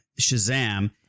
Shazam